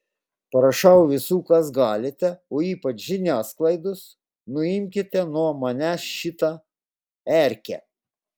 prašau visų kas galite o ypač žiniasklaidos nuimkite nuo manęs šitą erkę